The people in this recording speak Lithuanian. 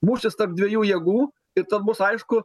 mūšis tarp dviejų jėgų ir ten bus aišku